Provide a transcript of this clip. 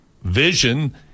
vision